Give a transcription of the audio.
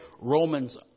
Romans